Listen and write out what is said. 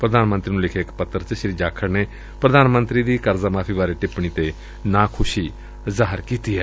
ਪ੍ਧਾਨ ਮੰਤਰੀ ਨੁੰ ਲਿਖੇ ਇਕ ਪੱਤਰ ਚ ਸ੍ਰੀ ਜਾਖੜ ਨੇ ਪ੍ਧਾਨ ਮੰਤਰੀ ਦੀ ਕਰਜ਼ਾ ਮਾਫੀ ਬਾਰੇ ਟਿੱਪਣੀ ਤੇ ਨਾਖੁਸ਼ੀ ਜ਼ਾਹਿਰ ਕੀਤੀ ਏ